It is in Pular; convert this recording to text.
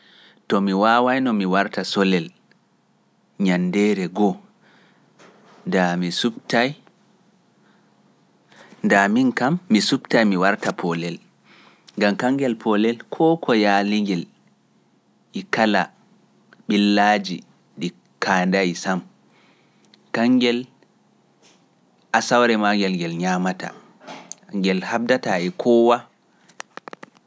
To mi waawayno mi warta solel ñanndeere go'o, ndaa mi suɓtay, ndaa miin kam mi suɓtay mi warta poolel, ngam kanngel poolel koo ko yaali-ngel e kala ɓillaaji ɗi kaandaayi sam. Kanngel, asawre maangel ngel nyaamata, ngel haɓdataa e koowa.